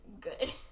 good